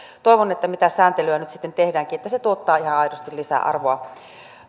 toivon mitä sääntelyä nyt sitten tehdäänkin että se tuottaa ihan aidosti lisäarvoa